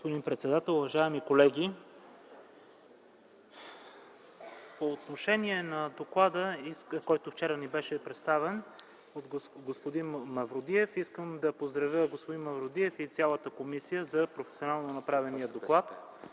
господин председател. Уважаеми колеги, по отношение на доклада, който вчера ни беше представен от господин Мавродиев, искам да поздравя господин Мавродиев и цялата комисия за професионално направения доклад,